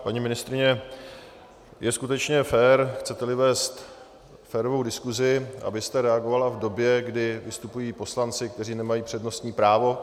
Paní ministryně, je skutečně fér, chceteli vést férovou diskuzi, abyste reagovala v době, kdy vystupují poslanci, kteří nemají přednostní právo.